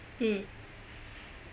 mm